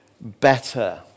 better